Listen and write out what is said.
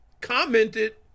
commented